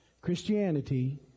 Christianity